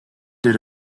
did